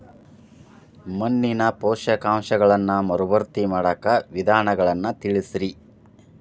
ಮಣ್ಣಿನ ಪೋಷಕಾಂಶಗಳನ್ನ ಮರುಭರ್ತಿ ಮಾಡಾಕ ವಿಧಾನಗಳನ್ನ ತಿಳಸ್ರಿ